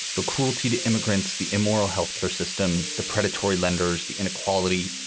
the cruelty to immigrants, the immoral health care system, the predatory lenders, the inequality,